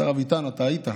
השר אביטן, אתה היית,